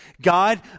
God